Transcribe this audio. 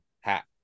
hat